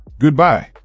Goodbye